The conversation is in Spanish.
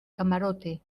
camarote